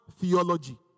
theology